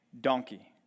donkey